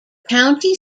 county